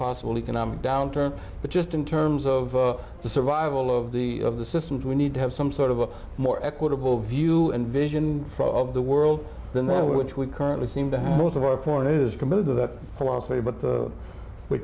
possible economic downturn but just in terms of the survival of the of the system we need to have some sort of a more equitable view and vision of the world than that which we currently seem to have most of our foreigners committed to that philosophy but